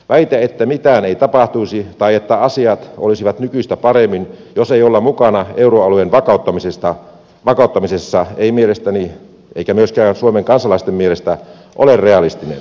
väite että mitään ei tapahtuisi tai että asiat olisivat nykyistä paremmin jos ei oltaisi mukana euroalueen vakauttamisessa ei mielestäni eikä myöskään suomen kansalaisten mielestä ole realistinen